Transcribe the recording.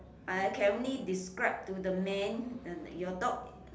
I can only describe to the man uh your dog